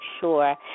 sure